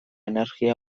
energia